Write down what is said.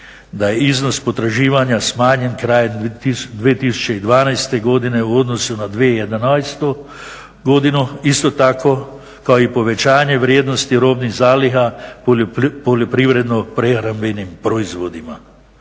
da je iznos potraživanja smanjen krajem 2012. godine u odnosu na 2011. godinu, isto tako i povećanje vrijednosti robnih zaliha poljoprivredno prehrambenim proizvodima.